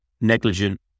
negligent